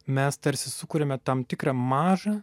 mes tarsi sukuriame tam tikrą mažą